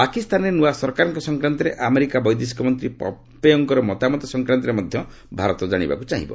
ପାକିସ୍ତାନରେ ନୂଆ ସରକାରଙ୍କ ସଂକ୍ରାନ୍ତରେ ଆମେରିକା ବୈଦେଶିକ ମନ୍ତ୍ରୀ ପମ୍ପେଓଙ୍କର ମତାମତ ସଂକ୍ରାନ୍ତରେ ମଧ୍ୟ ଭାରତ ଜାଶିବାକୁ ଚାହିଁବ